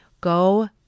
go